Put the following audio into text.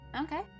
Okay